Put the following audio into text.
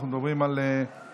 אנחנו מדברים על מ/1602,